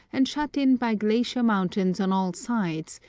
and shut in by glacier mountains on all sides,